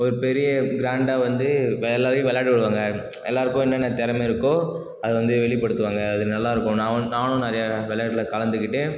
ஒரு பெரிய க்ராண்டா வந்து ப எல்லாரையும் விளையாட விடுவாங்க எல்லார்க்கும் என்னென்ன திறம இருக்கோ அதை வந்து வெளிப்படுத்துவாங்க அது நல்லாயிருக்கும் நான் வந்த நானும் நிறைய விளையாடல கலந்துக்கிட்டு